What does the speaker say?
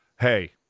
hey